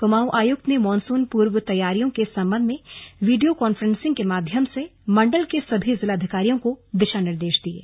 कुमाऊं आयुक्त ने मॉनसून पूर्व तैयारियों के सम्बन्ध में वीडियो कान्फ्रेसिंग के माध्यम से मण्डल के सभी जिलाधिकारियों को दिशा निर्देश दिये